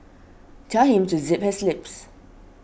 tell him to zip his lips